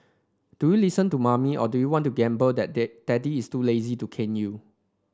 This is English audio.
do you listen to mommy or do you want to gamble that dad daddy is too lazy to cane you